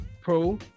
Pro